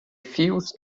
fios